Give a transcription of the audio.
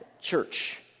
church